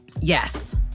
Yes